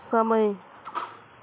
समय